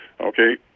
okay